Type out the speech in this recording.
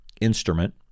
instrument